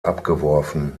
abgeworfen